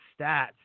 stats